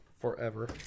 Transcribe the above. Forever